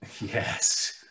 Yes